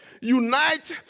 unite